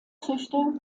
töchter